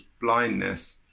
blindness